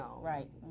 right